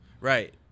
Right